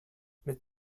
mit